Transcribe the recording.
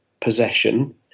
possession